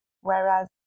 Whereas